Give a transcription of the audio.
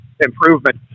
Improvement